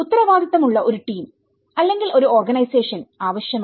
ഉത്തരവാദിത്തമുള്ള ഒരു ടീം അല്ലെങ്കിൽ ഒരു ഓർഗനൈസേഷൻ ആവശ്യമാണ്